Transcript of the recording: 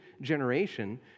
generation